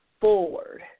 forward